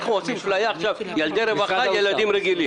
אנחנו עושים אפליה בין ילדי רווחה לילדים רגילים.